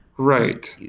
right.